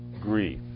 grief